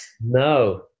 No